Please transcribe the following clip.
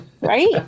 right